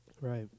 Right